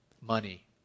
money